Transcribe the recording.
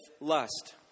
lust